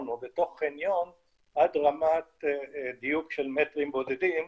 או בתוך חניון עד רמת דיוק של מטרים בודדים,